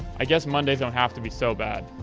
i guess mondays don't have to be so bad.